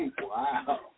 Wow